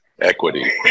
equity